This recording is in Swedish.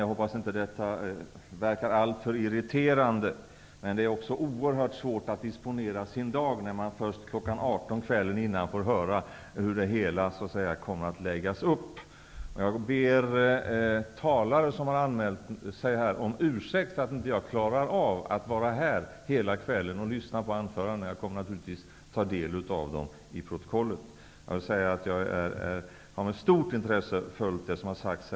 Jag hoppas att inte detta verkar alltför irriterande. Det är oerhört svårt att disponera sin dag när man först kl. 18 kvällen innan får höra hur det hela kommer att läggas upp. Jag ber talare som har anmält sig om ursäkt för att jag inte klarar av att vara här hela kvällen och lyssna på anförandena. Jag kommer naturligtvis att ta del av dem i protokollet. Jag har med stort intresse följt det som har sagts här.